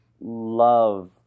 love